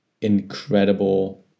incredible